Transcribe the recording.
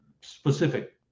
specific